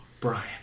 Brian